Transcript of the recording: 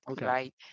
right